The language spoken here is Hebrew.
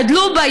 גדלו בה,